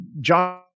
john